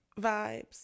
vibes